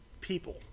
people